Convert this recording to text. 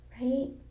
Right